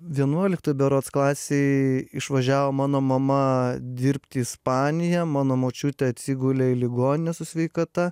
vienuoliktoj berods klasėj išvažiavo mano mama dirbt į ispaniją mano močiutė atsigulė į ligoninę su sveikata